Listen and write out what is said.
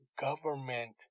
government